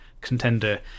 contender